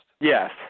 Yes